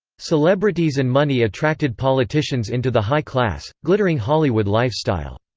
celebrities and money attracted politicians into the high-class, glittering hollywood lifestyle.